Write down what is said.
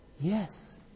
Yes